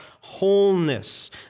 wholeness